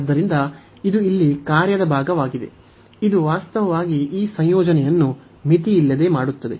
ಆದ್ದರಿಂದ ಇದು ಇಲ್ಲಿ ಕಾರ್ಯದ ಭಾಗವಾಗಿದೆ ಇದು ವಾಸ್ತವವಾಗಿ ಈ ಸಂಯೋಜನೆಯನ್ನು ಮಿತಿಯಿಲ್ಲದೆ ಮಾಡುತ್ತದೆ